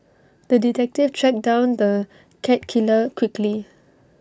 the detective tracked down the cat killer quickly